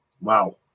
wow